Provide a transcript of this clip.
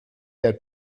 der